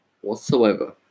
Whatsoever